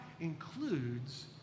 includes